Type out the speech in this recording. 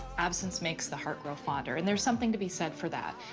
absence makes the heart grow fonder, and there's something to be said for that.